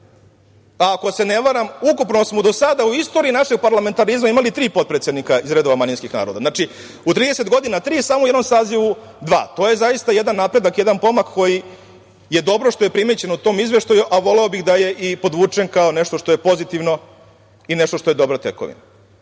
Ako se ne varam ukupno smo do sada u istoriji našeg parlamentarizma imali tri potpredsednika iz redova manjinskih naroda. U 30 godina tri, samo u jednom sazivu dva. To je zaista jedan napredak, jedan pomak koji je dobro što je primećen u tom izveštaju, a voleo bih da je i podvučen kao nešto što je pozitivno i nešto što je dobra tekovina. Često